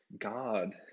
God